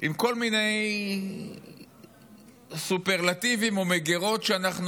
אם כל מיני סופרלטיבים או מגירות שאנחנו